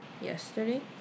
yesterday